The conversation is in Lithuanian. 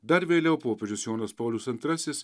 dar vėliau popiežius jonas paulius antrasis